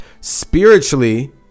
Spiritually